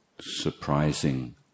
surprising